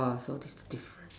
so is different